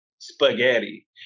Spaghetti